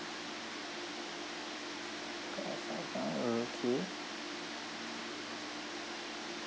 pack of five ah okay